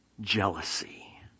jealousy